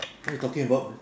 what are you talking about